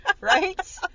Right